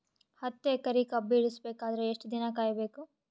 ಹತ್ತು ಎಕರೆ ಕಬ್ಬ ಇಳಿಸ ಬೇಕಾದರ ಎಷ್ಟು ದಿನ ಕಾಯಿ ಬೇಕು?